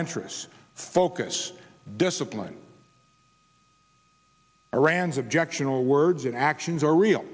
interests focused disciplined iran's objectional words and actions are real